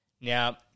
Now